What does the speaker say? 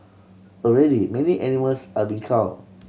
already many animals are being cull